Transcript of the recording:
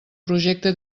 projecte